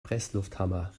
presslufthammer